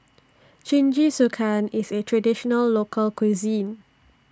Jingisukan IS A Traditional Local Cuisine